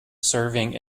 serving